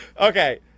Okay